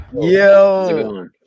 yo